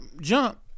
jump